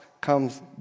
comes